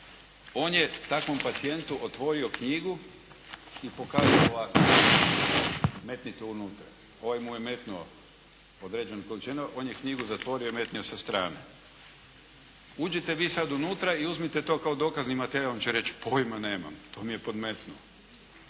On je takvom pacijentu otvorio knjigu i pokazao ovako. Metnite unutra. Ovaj mu je metnuo određenu količinu, on je knjigu zatvorio i metnuo sa strane. Uđite vi sad unutra i uzmite to kao dokazni materijal. On će reći pojma nemam, to mi je podmetnuo.